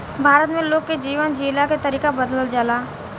भारत में लोग के जीवन जियला के तरीका बदलल जाला